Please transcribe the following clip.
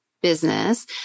Business